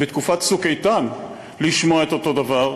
בתקופת "צוק איתן" לשמוע את אותו דבר,